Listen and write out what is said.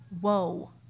Whoa